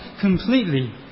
completely